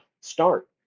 Start